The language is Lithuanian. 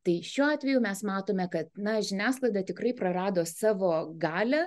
tai šiuo atveju mes matome kad na žiniasklaida tikrai prarado savo galią